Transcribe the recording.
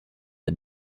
the